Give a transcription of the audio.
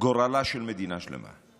גורלה של מדינה שלמה,